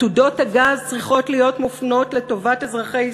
עתודות הגז צריכות להיות מופנות לטובת אזרחי ישראל,